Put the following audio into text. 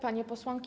Panie Posłanki!